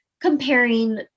comparing